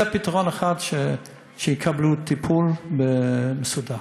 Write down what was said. זה פתרון אחד, שיקבלו טיפול מסודר.